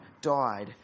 died